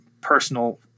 personal